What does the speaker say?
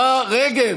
מספיק.